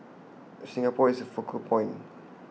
Singapore is the focal point